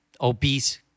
obese